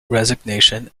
resignation